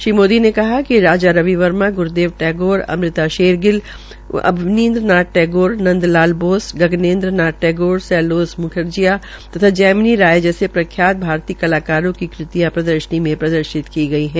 श्री मोदी ने कहा कि राजा रवि वर्मा ग्रूदेव टैगौर अमृता शेरगिल अबनींद्नाथ टैगारख् नंदलाल बोस गगनेन्द्र नाथ टैगोर सैलोज़ म्खर्जिया तथा जैमिनी राय जैसे प्रख्यात भारतीय कलाकारों की कृतियां प्रदर्शनी में प्रदर्शित है